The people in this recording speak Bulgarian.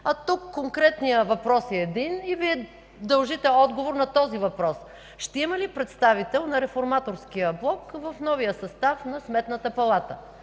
а тук конкретният въпрос е един и Вие дължите отговор на този въпрос: ще има ли представител на Реформаторския блок в новия състав на Сметната палата?